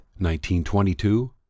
1922